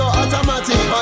automatic